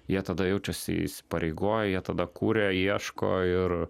jie tada jaučiasi įsipareigoję jie tada kuria ieško ir